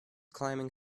climbing